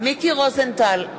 מיקי רוזנטל,